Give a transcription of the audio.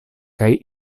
kaj